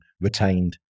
retained